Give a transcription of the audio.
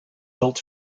built